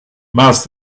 must